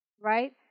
right